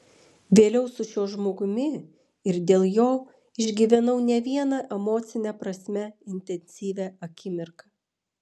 vėliau su šiuo žmogumi ir dėl jo išgyvenau ne vieną emocine prasme intensyvią akimirką